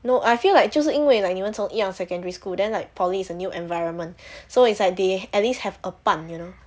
no I feel like 就是因为 like 你们从一样 secondary school then like probably is like a new environment so it's like they at least have a 伴 you know